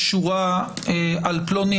להגיד אם הבן אדם מעל בכספים או שיש נגדו חקירה על מעילה